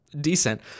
decent